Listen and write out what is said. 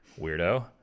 weirdo